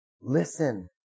Listen